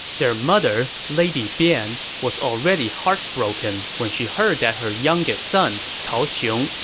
their mother, lady bian, was already heartbroken when she heard that her youngest son, cao xiong,